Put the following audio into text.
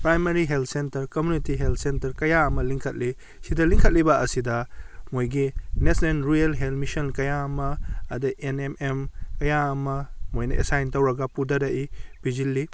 primary health center community health center ꯀꯌꯥ ꯑꯃ ꯂꯤꯡꯈꯠꯂꯤ ꯁꯤꯗ ꯂꯤꯡꯈꯠꯂꯤꯕ ꯑꯁꯤꯗ ꯃꯣꯏꯒꯤ ꯅꯦꯁꯅꯦꯜ ꯔꯨꯔꯦꯜ ꯍꯦꯜꯊ ꯃꯤꯁꯟ ꯀꯌꯥ ꯑꯃ ꯑꯗꯩ ꯑꯦꯟ ꯑꯦꯝ ꯑꯦꯝ ꯀꯌꯥ ꯑꯃ ꯃꯣꯏꯅ ꯑꯦꯁꯥꯏꯟ ꯇꯧꯔꯒ ꯄꯨꯊꯔꯛꯏ ꯄꯤꯁꯤꯜꯂꯤ